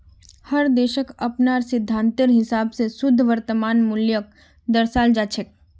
हर देशक अपनार सिद्धान्तेर हिसाब स शुद्ध वर्तमान मूल्यक दर्शाल जा छेक